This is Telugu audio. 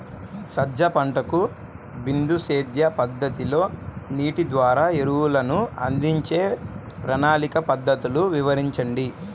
సజ్జ పంటకు బిందు సేద్య పద్ధతిలో నీటి ద్వారా ఎరువులను అందించే ప్రణాళిక పద్ధతులు వివరించండి?